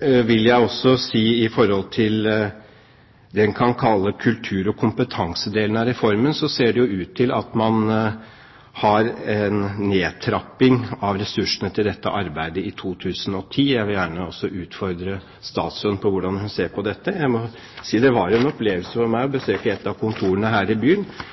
vil jeg også si når det gjelder det en kan kalle kultur- og kompetansedelen av reformen, at det ser ut til at man har en nedtrapping av ressursene til dette arbeidet i 2010. Jeg vil gjerne også utfordre statsråden på hvordan hun ser på dette. Jeg må si det var en opplevelse for meg å